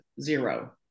zero